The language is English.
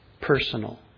personal